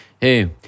Hey